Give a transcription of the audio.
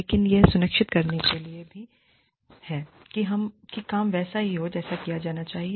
लेकिन वह यह सुनिश्चित करने के लिए भी है कि काम वैसे ही किया जाए जैसे किया जाना चाहिए